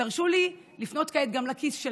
תרשו לי לפנות כעת גם לכיס,